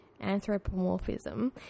anthropomorphism